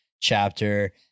chapter